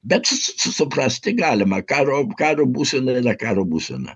bet suprasti galima karo karo būsena yra karo būsena